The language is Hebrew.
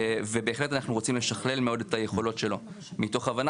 ובהחלט אנחנו רוצים לשכלל מאוד את היכולות שלו מתוך הבנה